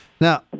Now